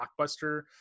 blockbuster